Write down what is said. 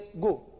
go